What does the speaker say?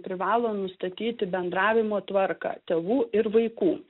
privalo nustatyti bendravimo tvarką tėvų ir vaikų